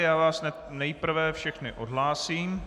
Já vás nejprve všechny odhlásím.